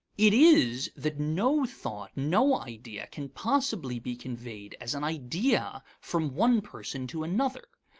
it is that no thought, no idea, can possibly be conveyed as an idea from one person to another.